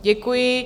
Děkuji.